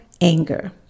Anger